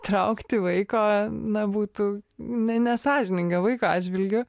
traukti vaiką na būtų ne nesąžininga vaiko atžvilgiu